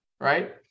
right